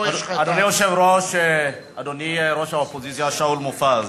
אדוני היושב-ראש, אדוני ראש האופוזיציה שאול מופז,